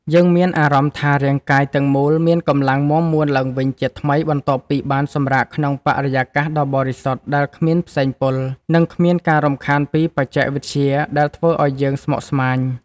យើងមានអារម្មណ៍ថារាងកាយទាំងមូលមានកម្លាំងមាំមួនឡើងវិញជាថ្មីបន្ទាប់ពីបានសម្រាកក្នុងបរិយាកាសដ៏បរិសុទ្ធដែលគ្មានផ្សែងពុល និង គ្មានការរំខានពីបច្ចេកវិទ្យាដែលធ្វើឱ្យយើងស្មុគស្មាញ។